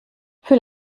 füll